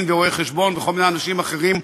ורואי-חשבון וכל מיני אנשים אחרים,